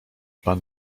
pan